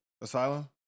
Asylum